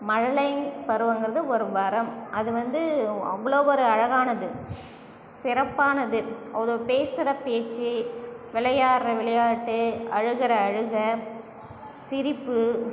மழலை பருவங்கிறது ஒரு வரம் அது வந்து அவ்வளோ ஒரு அழகானது சிறப்பானது ஒரு பேசுகிற பேச்சு விளையாடுற விளையாட்டு அழுகுற அழுகை சிரிப்பு